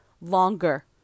longer